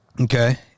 Okay